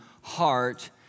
heart